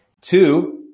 Two